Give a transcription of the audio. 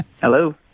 Hello